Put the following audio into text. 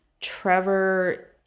Trevor